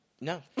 No